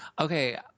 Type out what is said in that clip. okay